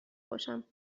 باشم